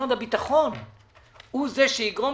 משרד הביטחון הוא זה שיגרום